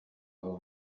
ababo